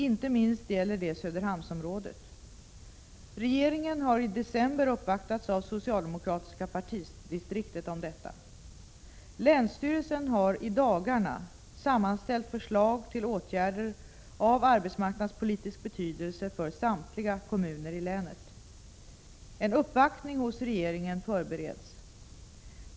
Inte minst gäller det Söderhamnsområdet. Regeringen har i december uppvaktats av socialdemokratiska partidistriktet om detta. Länsstyrelsen har i dagarna sammanställt förslag till åtgärder av arbetsmarknadspolitisk betydelse för samtliga kommuner i länet. En uppvaktning hos regeringen förbereds.